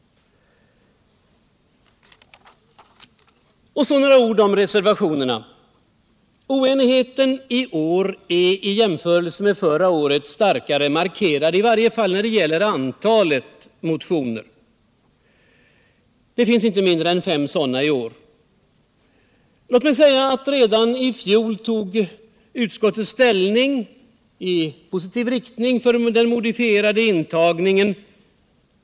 Så några ord om reservationerna. Oenigheten i år är i jämförelse med förra året starkare markerad — i varje fall beträffande antalet motioner. Det finns inte mindre än fem sådana i år. Låt mig säga att redan i fjol utskottet tog ställning i positiv riktning till den modifierade intagningen.